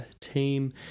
team